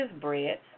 bread